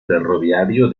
ferroviario